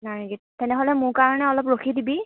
নাৰেঙ্গী তেনেহ'লে মোৰ কাৰণে অলপ ৰখি দিবি